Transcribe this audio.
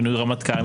מינוי רמטכ"ל,